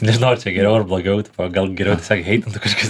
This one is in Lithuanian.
nežinau ar čia geriau ar blogiau tipo gal geriau tiesiog heitintų kažkas